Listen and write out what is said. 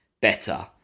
better